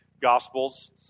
Gospels